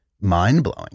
mind-blowing